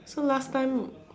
so last time